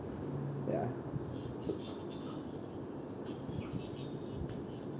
ya so